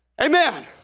Amen